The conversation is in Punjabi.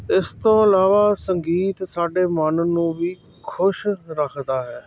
ਇਸ ਤੋਂ ਇਲਾਵਾ ਸੰਗੀਤ ਸਾਡੇ ਮਨ ਨੂੰ ਵੀ ਖੁਸ਼ ਰੱਖਦਾ ਹੈ